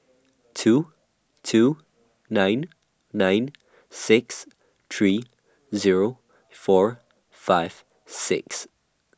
two two nine nine six three Zero four five six